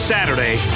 Saturday